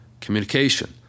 communication